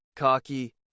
cocky